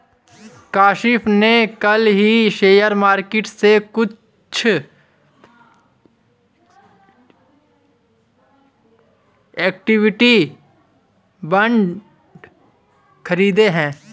काशिफ़ ने कल ही शेयर मार्केट से कुछ इक्विटी बांड खरीदे है